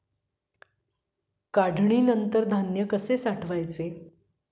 काढणीनंतर धान्य कसे साठवायचे?